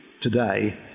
today